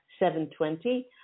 720